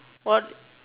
what